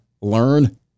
learn